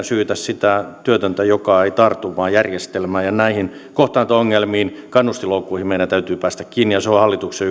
syytä sitä työtöntä joka ei tartu vaan järjestelmää näihin kohtaanto ongelmiin kannustinloukkuihin meidän täytyy päästä kiinni ja se on hallituksen